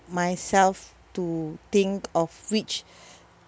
myself to think of which